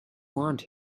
want